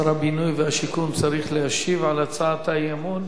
שר הבינוי והשיכון צריך להשיב על הצעת האי-אמון